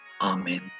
Amen